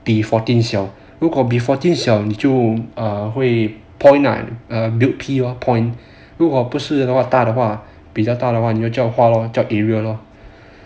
比 fourteen 小如果比 fourteen 小你就会 pond ah built pond 如果不是的话大的话比较大的话你就叫造画 lor chuck area lor